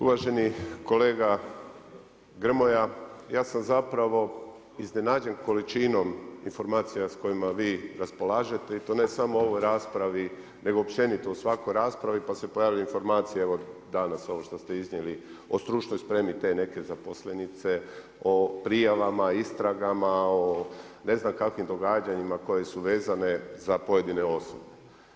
Uvaženi kolega Grmoja, ja sam zapravo iznenađen količinom informacija s kojima vi raspolažete i to ne u samo ovoj raspravi, nego općenito u svakoj raspravi, pa se pojavljuje informacija, evo danas što ste iznijeli o stručnoj spremi te neke zaposlenice, o prijavama, istragama, o ne znam kakvim događanjima koje su vezane za pojedine osobe.